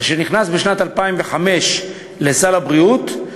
אשר נכנס בשנת 2005 לסל הבריאות,